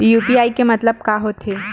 UPI के मतलब का होथे?